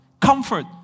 comfort